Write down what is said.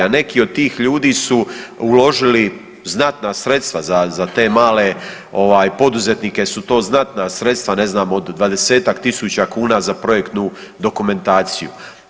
A neke od tih ljudi su uložili znatna sredstva za te male poduzetnike su to znatna sredstva, ne znam od 20-ak tisuća kuna za projektnu dokumentaciju.